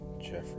Jeffrey